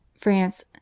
France